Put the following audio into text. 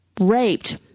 raped